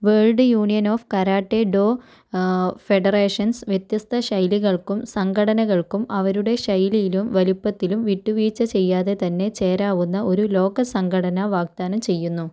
world Union of Karate Do Federations വ്യത്യസ്ത ശൈലികള്ക്കും സംഘടനകള്ക്കും അവരുടെ ശൈലിയിലും വലുപ്പത്തിലും വിട്ടുവീഴ്ച ചെയ്യാതെ തന്നെ ചേരാവുന്ന ഒരു ലോക സംഘടന വാഗ്ദാനം ചെയ്യുന്നു